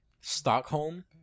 Stockholm